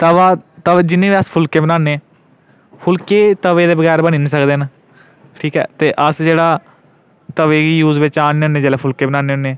तवा तवा जिन्ने बी अस फुलके बनान्ने फुलके तवे दे बगैर बनी निं सकदे न ठीक ऐ ते अस जेह्ड़ा तवे गी यूज बिच आह्न्ने होन्ने जेल्लै फुलके बनान्ने होन्ने